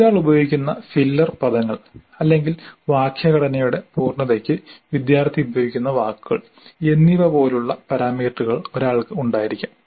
ഒരാൾ ഉപയോഗിക്കുന്ന ഫില്ലർ പദങ്ങൾ അല്ലെങ്കിൽ വാക്യഘടനയുടെ പൂർണ്ണതക്ക് വിദ്യാർത്ഥി ഉപയോഗിക്കുന്ന വാക്കുകൾ എന്നിവ പോലുള്ള പാരാമീറ്ററുകൾ ഒരാൾക്ക് ഉണ്ടായിരിക്കാം